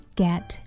get